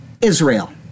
Israel